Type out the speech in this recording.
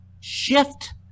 shift